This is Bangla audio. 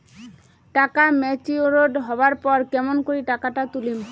টাকা ম্যাচিওরড হবার পর কেমন করি টাকাটা তুলিম?